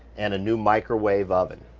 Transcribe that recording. and a new microwave oven